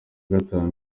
gatanu